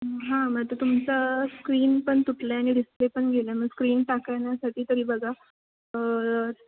हां मग तर तुमचा स्क्रीन पण तुटला आहे आणि डिस्प्ले पण गेलाय मग स्क्रीन टाकायण्यासाठी तरी बघा